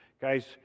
Guys